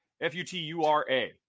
F-U-T-U-R-A